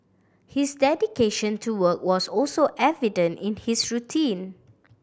his dedication to work was also evident in his routine